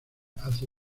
hace